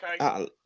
okay